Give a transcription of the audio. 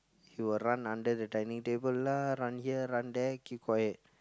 he will run under the dining table lah run here run there keep quiet